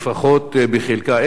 לפחות בחלקה,